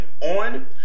on